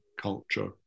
culture